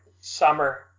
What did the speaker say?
summer